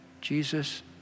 Jesus